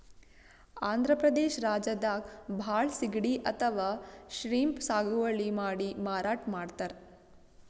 ಆಂಧ್ರ ಪ್ರದೇಶ್ ರಾಜ್ಯದಾಗ್ ಭಾಳ್ ಸಿಗಡಿ ಅಥವಾ ಶ್ರೀಮ್ಪ್ ಸಾಗುವಳಿ ಮಾಡಿ ಮಾರಾಟ್ ಮಾಡ್ತರ್